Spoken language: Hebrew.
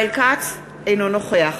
אינו נוכח